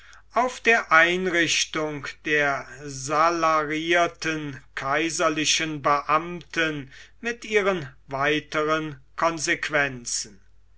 auf der einrichtung der salarierten kaiserlichen beamten mit ihren weiteren konsequenzen